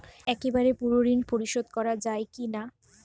একবারে পুরো ঋণ পরিশোধ করা যায় কি না?